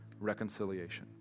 reconciliation